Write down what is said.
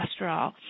cholesterol